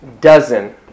dozen